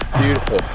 Beautiful